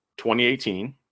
2018